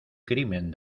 crimen